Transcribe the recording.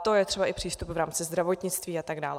To je třeba i přístup v rámci zdravotnictví atd.